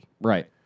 Right